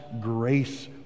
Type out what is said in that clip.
grace